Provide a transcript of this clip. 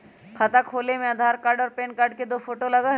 खाता खोले में आधार कार्ड और पेन कार्ड और दो फोटो लगहई?